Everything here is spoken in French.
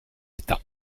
état